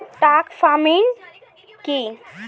Truck farming কি?